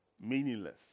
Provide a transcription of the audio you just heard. meaningless